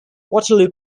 waterloo